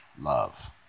Love